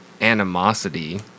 animosity